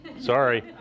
Sorry